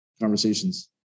conversations